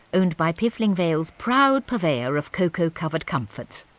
owned by piffling vale's proud purveyor of cocoa-covered comforts,